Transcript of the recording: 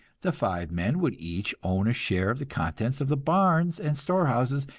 the five men would each own a share of the contents of the barns and storehouses,